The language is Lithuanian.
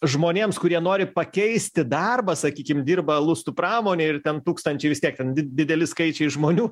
žmonėms kurie nori pakeisti darbą sakykim dirba lustų pramonėj ir ten tūkstančiai vis tiek ten dideli skaičiai žmonių